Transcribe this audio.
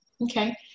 Okay